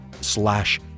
slash